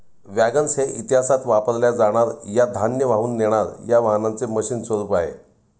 wagons हे इतिहासात वापरल्या जाणार या धान्य वाहून नेणार या वाहनांचे मशीन स्वरूप आहे